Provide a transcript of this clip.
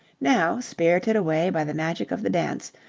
now, spirited away by the magic of the dance,